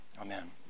Amen